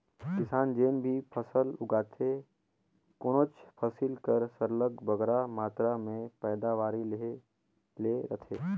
किसान जेन भी फसल उगाथे कोनोच फसिल कर सरलग बगरा मातरा में पएदावारी लेहे ले रहथे